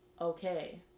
okay